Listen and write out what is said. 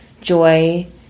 joy